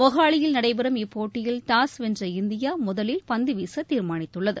மொஹாலியில் நடைபெறும் இப்போட்டியில் டாஸ் வென்ற இந்தியா முதலில் பந்தவீச தீர்மானித்துள்ளது